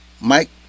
Mike